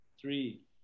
three